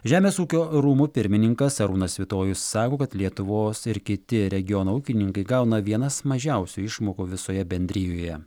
žemės ūkio rūmų pirmininkas arūnas svitojus sako kad lietuvos ir kiti regiono ūkininkai gauna vienas mažiausių išmokų visoje bendrijoje